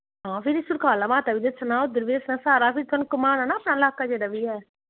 हां फिर सुकराला माता बी दस्सना उद्धर फ्हीं सारा घुमाना ना अपना लाह्का जेह्ड़ा बी ऐ